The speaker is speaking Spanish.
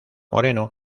moreno